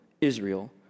Israel